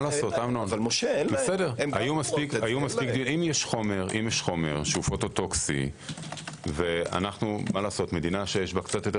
אם יש חומר שהוא פוטוטוקסי ואנו מדינה שיש בה קצת יותר